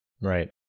Right